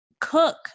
cook